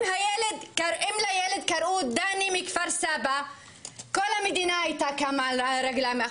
אם לילד קראו דני מכפר סבא - כל המדינה הייתה קמה על הרגליים,